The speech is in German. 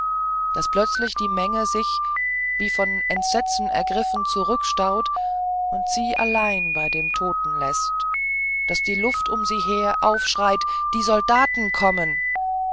daß plötzlich die menge sich wie von entsetzen ergriffen zurückstaut und sie allein bei dem toten läßt daß die luft um sie her aufschreit die soldaten kommen